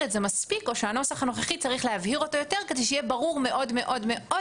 את זה מספיק או שצריך להבהיר את הנוסח הנוכחי יותר,